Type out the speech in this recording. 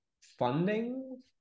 funding